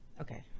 Okay